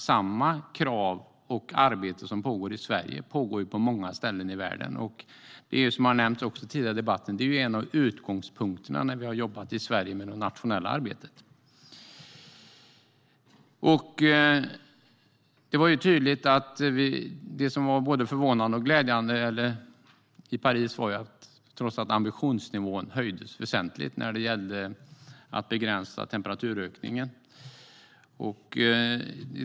Samma krav och arbete som gäller och pågår i Sverige pågår på många ställen i världen. Som också har nämnts tidigare i debatten är det en av utgångspunkterna när vi har jobbat i Sverige med det nationella arbetet. Det som var både förvånande och glädjande i Paris var att ambitionsnivån höjdes väsentligt när det gäller att begränsa temperaturökningen.